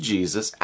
Jesus